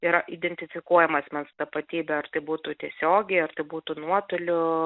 yra identifikuojama asmens tapatybė ar tai būtų tiesiogiai ar tai būtų nuotoliu